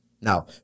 Now